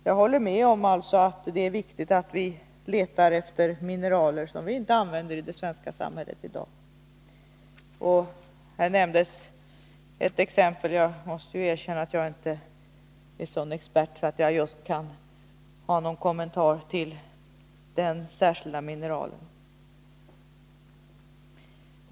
Jag håller alltså med om att det är viktigt att vi letar efter mineral som vi inte använder i det svenska samhället i dag. Här nämndes ett exempel. Jag måste erkänna att jag inte är en sådan expert att jag har någon kommentar beträffande det särskilda mineralet.